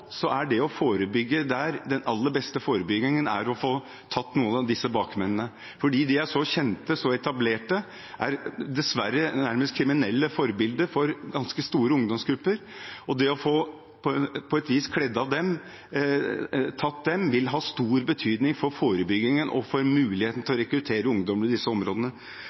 den aller beste forebyggingen å få tatt noen av bakmennene. De er så kjente, så etablerte – de er dessverre nærmest kriminelle forbilder for ganske store ungdomsgrupper. Det å få kledd av dem på et vis, tatt dem, vil ha stor betydning for forebyggingen og for muligheten til å rekruttere ungdommene i disse områdene.